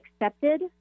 accepted